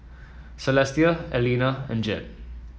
Celestia Elena and Jed